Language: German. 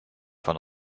von